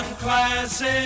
Classic